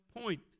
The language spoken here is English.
point